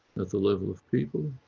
at the level of people,